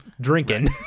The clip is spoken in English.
drinking